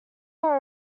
are